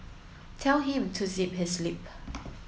tell him to zip his lip